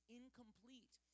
incomplete